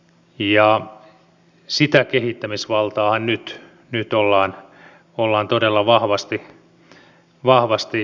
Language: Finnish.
ja sitä kehittämisvaltaa nyt ollaan todella vahvasti antamassa